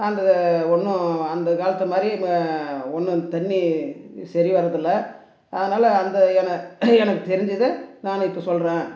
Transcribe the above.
அந்த ஒன்றும் அந்தக் காலத்து மாதிரி ஒன்றும் தண்ணி சரி வர்றதில்லை அதனாலே அந்த என எனக்குத் தெரிஞ்சதை நான் இப்போ சொல்கிறேன்